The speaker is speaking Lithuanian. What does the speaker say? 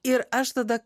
ir aš tada